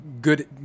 good